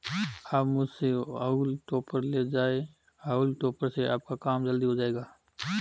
आप मुझसे हॉउल टॉपर ले जाएं हाउल टॉपर से आपका काम जल्दी हो जाएगा